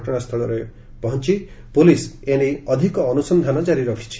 ଘଟଣାସ୍ସଳରେ ପହଞ୍ ପୋଲିସ ଏ ନେଇ ଅନ୍ତସନ୍ଧାନ ଜାରି ରଖୁଛି